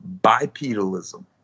bipedalism